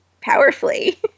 powerfully